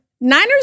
Niners